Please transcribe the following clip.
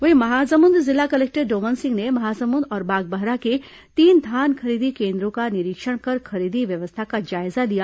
वहीं महासमुंद जिला कलेक्टर डोमन सिंह ने महासमुंद और बागबाहरा के तीन धान खरीदी केन्द्रों का निरीक्षण कर खरीदी व्यवस्था का जायजा लिया